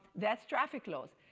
that's traffic laws.